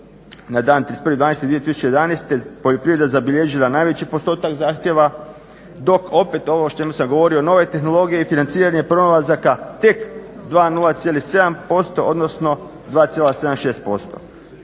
na dan 31.12.2011. poljoprivreda zabilježila najveći postotak zahtjeva dok opet ovo o čemu sam govorio, nove tehnologije i financiranje prolazaka tek 2,07% odnosno 2,76%.